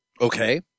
Okay